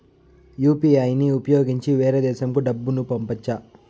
UPI ని ఉపయోగించి వేరే దేశంకు డబ్బును పంపొచ్చా?